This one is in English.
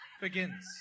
begins